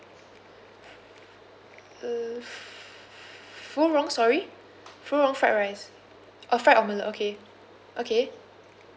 uh f~ fu rong sorry fu rong fried rice oh fried omelet okay okay